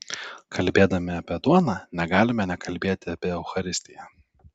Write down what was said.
kalbėdami apie duoną negalime nekalbėti apie eucharistiją